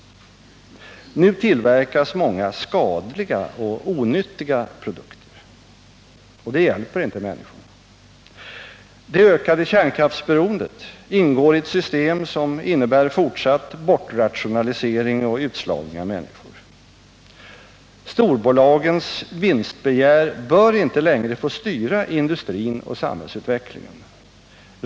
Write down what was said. Nu tillverkas många skadliga och onyttiga produkter, och det hjälper inte människorna. Det ökade kärnkraftsberoendet ingår i ett system som innebär fortsatt bortrationalisering och utslagning av människor. Storbolagens vinstbegär bör inte längre få styra industrin och samhällsutvecklingen.